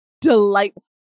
delightful